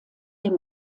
den